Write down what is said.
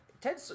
TED